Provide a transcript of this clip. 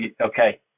okay